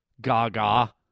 Gaga